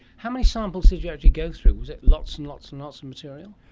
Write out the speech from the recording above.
how many samples did you actually go through? was it lots and lots and lots of material?